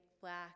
black